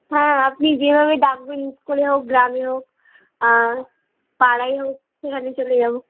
হ্যাঁ আপনি যেভাবে ডাকবেন স্কুলে হোক গ্রামে হোক পাড়ায় হোক সেখানে চলে যাবো